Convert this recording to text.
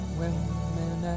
women